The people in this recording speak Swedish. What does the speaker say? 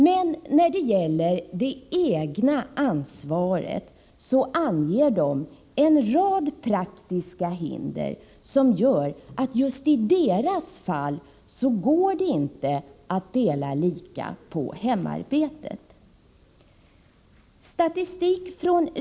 Men när det gäller det egna ansvaret så anger de en rad praktiska hinder som gör att just i deras fall går det inte att dela lika på hemarbetet.